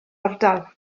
ardal